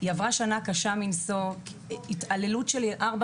היא עברה שנה קשה מנשוא והתעללות של ארבע